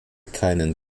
keinen